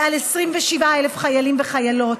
מעל 27,000 חיילים וחיילות,